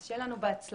אז שיהיה לנו בהצלחה.